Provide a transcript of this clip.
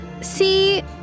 see